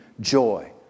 joy